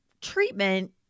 treatment